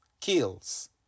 kills